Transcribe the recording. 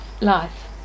life